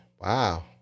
Wow